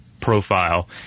profile